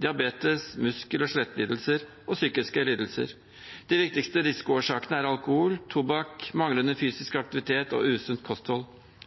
diabetes, muskel- og skjelettlidelser og psykiske lidelser. De viktigste risikoårsakene er alkohol, tobakk, manglende fysisk aktivitet og usunt kosthold.